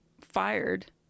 fired